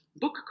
book